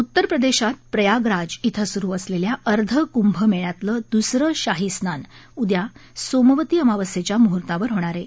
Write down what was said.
उत्तरप्रदेशात प्रयागराज इथं सुरु असलेल्या अर्ध कुंभमेळ्यातलं दूसरं शाही स्नान उद्या सोमवती अमावास्येच्या मुहर्तावर होणार आहे